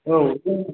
औ